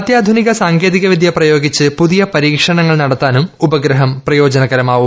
അത്യാധുനിക സാങ്കേതിക വിദ്യ പ്രയോഗിച്ച് പുതിയ പരീക്ഷണങ്ങൾ നടത്താനും ഉപഗ്രഹം പ്രയോജനകരമാകും